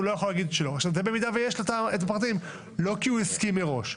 זה במידה שיש לעירייה את הפרטים ולא כי הוא הסכים מראש.